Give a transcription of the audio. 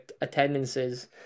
attendances